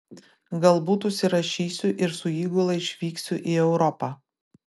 galbūt užsirašysiu ir su įgula išvyksiu į europą